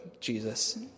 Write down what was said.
Jesus